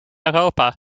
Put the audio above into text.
europa